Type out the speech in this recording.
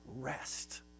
rest